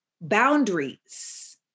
boundaries